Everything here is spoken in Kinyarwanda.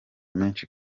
menshi